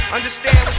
Understand